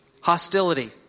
Hostility